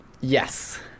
Yes